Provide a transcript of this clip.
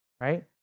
right